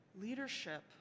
Leadership